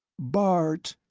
bart,